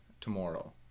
tomorrow